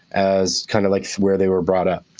as kind of like where they were brought up.